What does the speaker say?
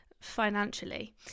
financially